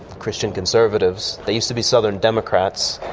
christian conservatives. they used to be southern democrats,